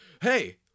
hey